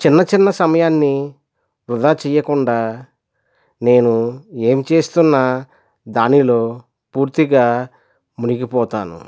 చిన్న చిన్న సమయాన్ని వృధా చేయకుండా నేను ఏం చేస్తున్నా దానిలో పూర్తిగా మునిగిపోతాను